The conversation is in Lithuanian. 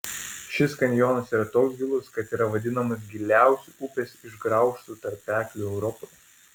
šis kanjonas yra toks gilus kad yra vadinamas giliausiu upės išgraužtu tarpekliu europoje